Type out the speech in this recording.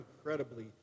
incredibly